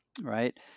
Right